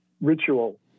ritual